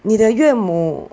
你的岳母